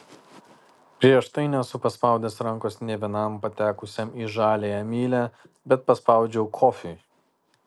prieš tai nesu paspaudęs rankos nė vienam patekusiam į žaliąją mylią bet paspaudžiau kofiui